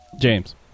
James